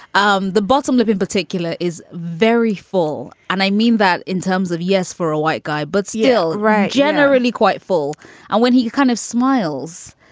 um the bottom lip in particular is very full. and i mean that in terms of. yes, for a white guy, but civil. right. generally quite full and when he kind of smiles,